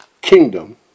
kingdom